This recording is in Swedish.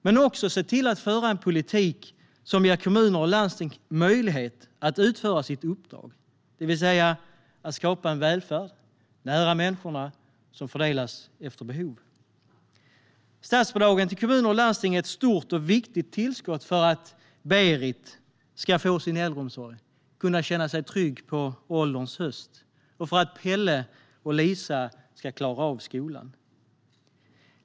Men vi måste också se till att föra en politik som ger kommuner och landsting möjlighet att utföra sitt uppdrag, det vill säga att skapa en välfärd nära människorna, som fördelas efter behov. Statsbidragen till kommuner och landsting är ett stort och viktigt tillskott för att Berit ska få sin äldreomsorg och kunna känna sig trygg på ålderns höst och för att Pelle och Lisa ska klara av skolan.